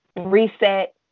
reset